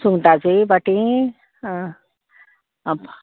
सुंगटाची पाटी आं अब